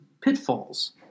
pitfalls